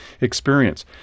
experience